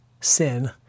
sin